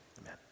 amen